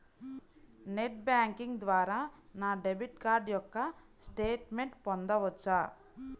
Net banking ద్వారా నా debit card యొక్క స్టేట్మెంట్ పొందవచ్చా?